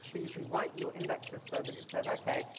but you can write your indexes so that it says okay,